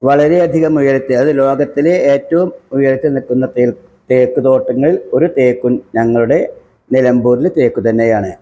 വളരെ അധികം ഉയരത്തിൽ അത് ലോകത്തിലെ ഏറ്റവും ഉയരത്തിൽ നിൽക്കുന്ന തേക്ക് തോട്ടങ്ങൾ ഒരു തേക്കും ഞങ്ങളുടെ നിലമ്പൂരിലെ തേക്ക് തന്നെയാണ്